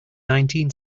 nineteen